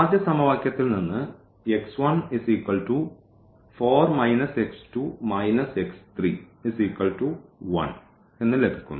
ആദ്യ സമവാക്യത്തിൽ നിന്ന് ലഭിക്കുന്നു